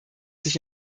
sich